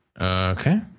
okay